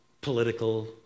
political